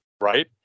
right